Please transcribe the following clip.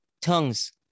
tongues